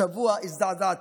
השבוע הזדעזעתי,